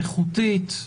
איכותית,